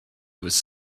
was